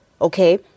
Okay